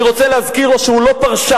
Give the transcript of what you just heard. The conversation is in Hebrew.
אני רוצה להזכיר לו שהוא לא פרשן.